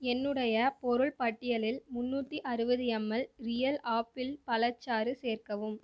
என்னுடைய பொருள் பட்டியலில் முந்நூற்றி அறுபது எம்எல் ரியல் ஆப்பிள் பழச்சாறு சேர்க்கவும்